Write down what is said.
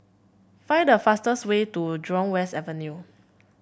find a fastest way to Jurong West Avenue